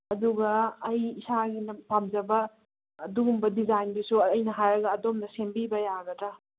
ꯑꯗꯨꯒ ꯑꯩ ꯏꯁꯥꯒꯤꯅ ꯄꯥꯝꯖꯕ ꯑꯗꯨꯒꯨꯝꯕ ꯗꯤꯖꯥꯏꯟꯗꯨꯁꯨ ꯑꯩꯅ ꯍꯥꯏꯔꯒ ꯑꯗꯣꯝꯅ ꯁꯦꯝꯕꯤꯕ ꯌꯥꯒꯗ꯭ꯔꯥ